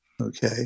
okay